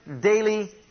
daily